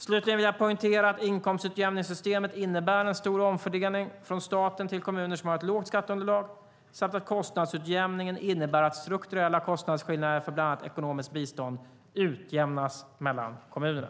Slutligen vill jag poängtera att inkomstutjämningssystemet innebär en stor omfördelning från staten till kommuner som har ett lågt skatteunderlag samt att kostnadsutjämningen innebär att strukturella kostnadsskillnader för bland annat ekonomiskt bistånd utjämnas mellan kommunerna.